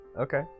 okay